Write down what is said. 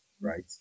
right